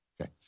Okay